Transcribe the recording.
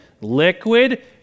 liquid